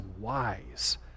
wise